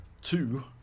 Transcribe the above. Two